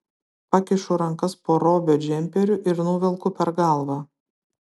pakišu rankas po robio džemperiu ir nuvelku per galvą